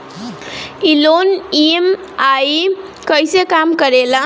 ई loan EMI कईसे काम करेला?